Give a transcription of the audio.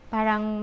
Parang